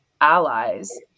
allies